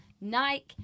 Nike